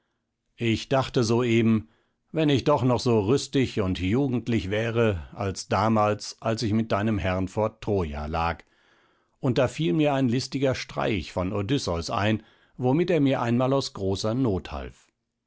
ich dachte so eben wenn ich doch noch so rüstig und jugendlich wäre als damals da ich mit deinem herrn vor troja lag und da fiel mir ein listiger streich von odysseus ein womit er mir einmal aus großer not half